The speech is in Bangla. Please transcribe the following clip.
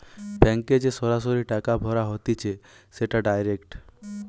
ব্যাংকে যে সরাসরি টাকা ভরা হতিছে সেটা ডাইরেক্ট